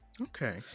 okay